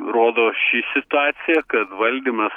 rodo ši situacija kad valdymas